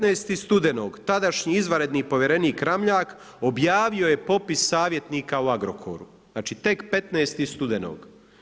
15. studenog, tadašnji izvanredni povjerenik Ramljak, objavio je popis savjetnika u Agrokoru, znači tek 15. studenog.